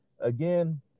Again